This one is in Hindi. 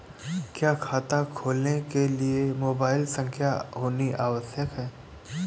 क्या खाता खोलने के लिए मोबाइल संख्या होना आवश्यक है?